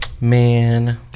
man